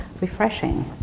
refreshing